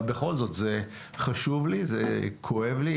בכל זאת זה חשוב לי וזה כואב לי.